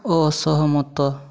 ଅସହମତ